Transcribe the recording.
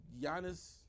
Giannis